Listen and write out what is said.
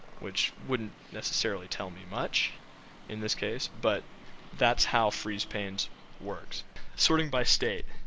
which wouldn't necessarily tell me much in this case, but that's how freeze panes works sorting by state.